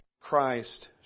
Christ